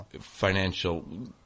financial